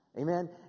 Amen